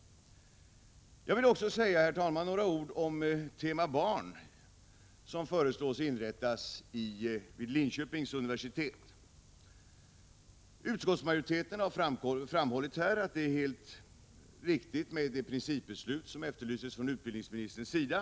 Jag vill också säga några ord om Tema barn, som man föreslår skall inrättas vid Linköpings universitet. Utskottsmajoriteten har framhållit att det är helt riktigt med det principbeslut som efterlyses från utbildningsministerns sida.